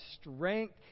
strength